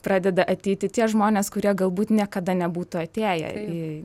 pradeda ateiti tie žmonės kurie galbūt niekada nebūtų atėję į